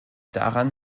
daran